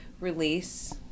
release